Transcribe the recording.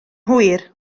hwyr